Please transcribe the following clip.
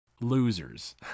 Losers